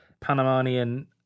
Panamanian